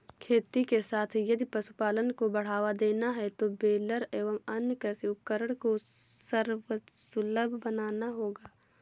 खेती के साथ यदि पशुपालन को बढ़ावा देना है तो बेलर एवं अन्य कृषि उपकरण को सर्वसुलभ बनाना होगा